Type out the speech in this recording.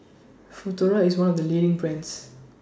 Futuro IS one of The leading brands